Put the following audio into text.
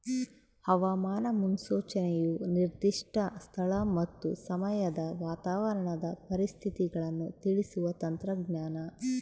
ಹವಾಮಾನ ಮುನ್ಸೂಚನೆಯು ನಿರ್ದಿಷ್ಟ ಸ್ಥಳ ಮತ್ತು ಸಮಯದ ವಾತಾವರಣದ ಪರಿಸ್ಥಿತಿಗಳನ್ನು ತಿಳಿಸುವ ತಂತ್ರಜ್ಞಾನ